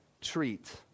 treat